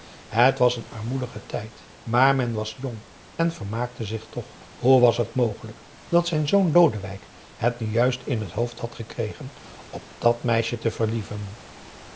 het was een armoedige tijd maar men was jong en vermaakte zich toch hoe was het mogelijk dat zijn zoon lodewijk het nu juist in het hoofd had gekregen op dàt meisje te verlieven